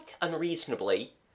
unreasonably